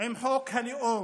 עם חוק הלאום,